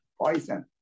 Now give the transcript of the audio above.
Poison